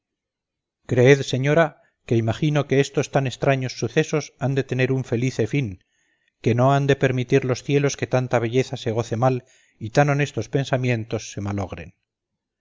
creed señora que imagino que estos tan estraños sucesos han de tener un felice fin que no han de permitir los cielos que tanta belleza se goce mal y tan honestos pensamientos se malogren